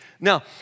Now